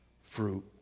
fruit